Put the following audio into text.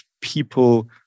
people